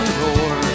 roar